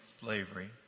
slavery